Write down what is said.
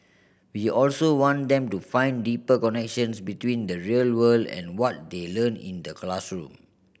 we also want them to find deeper connections between the real world and what they learn in the classroom